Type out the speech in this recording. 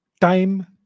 Time